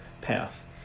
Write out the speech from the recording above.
path